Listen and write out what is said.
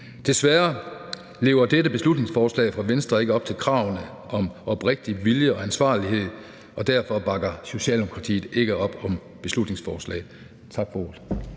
Desværre lever dette beslutningsforslag fra Venstre ikke op til kravene om oprigtig vilje og ansvarlighed, og derfor bakker Socialdemokratiet ikke op om beslutningsforslaget.